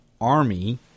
Army